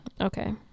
Okay